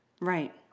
Right